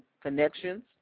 connections